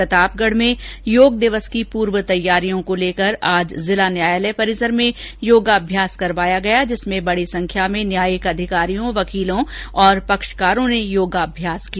प्रतापगढ़ में योग दिवस की पूर्व तैयारियों को लेकर आज जिला न्यायालय परिसर में योगाभ्यास करवाया गया जिसमें बड़ी संख्या में न्यायिक अधिकारियों वकीलों और पक्षकारों ने योगाभ्यास किया